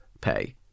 pay